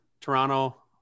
Toronto